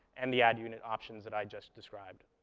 and the ad unit options that i just described.